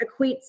equates